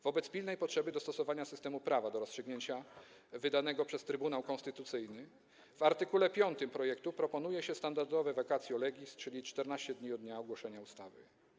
Wobec pilnej potrzeby dostosowania systemu prawa do rozstrzygnięcia wydanego przez Trybunał Konstytucyjny w art. 5 projektu proponuje się standardowe vacatio legis, czyli 14 dni od dnia ogłoszenia ustawy.